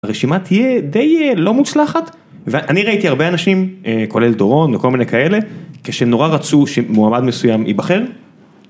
הרשימה תהיה די לא מוצלחת ואני ראיתי הרבה אנשים כולל דורון וכל מיני כאלה כשנורא רצו שמועמד מסוים ייבחר